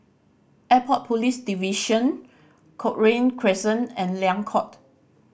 Airport Police Division Cochrane Crescent and Liang Court